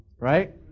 Right